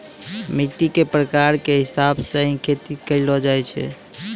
मिट्टी के प्रकार के हिसाब स हीं खेती करलो जाय छै